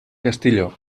castilló